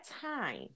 time